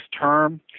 term